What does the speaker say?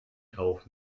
kauf